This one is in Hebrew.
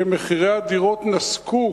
רק לציין שמחירי הדירות נסקו